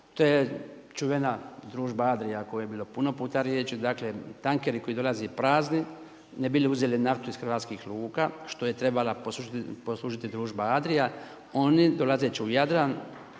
to je čuvena Družba Adria o kojoj je bilo puno puta riječi. Dakle, tankeri koji dolaze prazni ne bi li uzeli naftu iz hrvatskih luka što je trebala poslužiti Družba Adria oni dolazeći u Jadran